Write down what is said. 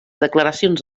declaracions